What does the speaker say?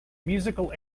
musical